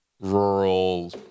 rural